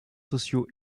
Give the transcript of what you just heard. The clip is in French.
sociaux